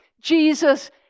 Jesus